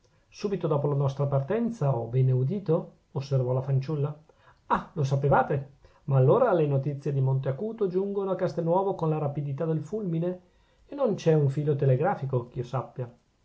subito dopo la nostra partenza ho bene udito osservò la fanciulla ah lo sapevate ma allora le notizie di monte acuto giungono a castelnuovo con la rapidità del fulmine e non c'è un filo telegrafico ch'io sappia